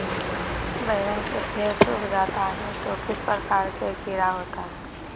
बैगन के पेड़ सूख जाता है तो किस प्रकार के कीड़ा होता है?